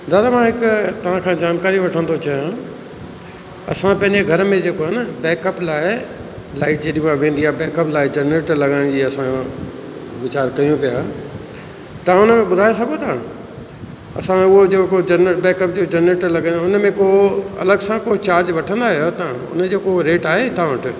दादा मां हिकु तव्हां खां जानकारी वठण थो चाहियां असां पंहिंजे घर में जेको आहे न बेकअप लाइ लाइट जेॾी महिल वेंदी आहे बेकअप लाइ जनरेटर लॻाइण जी असां वीचारु कयूं पिया तव्हां उनमें ॿुधाए सघो था असां उहो जेको जनरेटर बेकअप जनरेटर लॻायूं उनमें पोइ अलॻि सां को चार्ज वठंदा आहियो छा तव्हां उनजो को रेट आहे तव्हां वटि